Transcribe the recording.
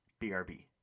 brb